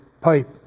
pipe